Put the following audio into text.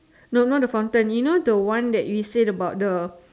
no not the fountain you know the one that we said about the